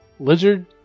Lizard